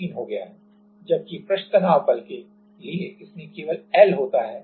इसलिए यह हो गया जबकि पृष्ठ तनाव बल के लिए इसमें केवल L होता है